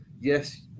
Yes